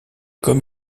comme